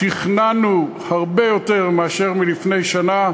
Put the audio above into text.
תכננו הרבה יותר מאשר מלפני שנה,